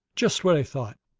just what i thought!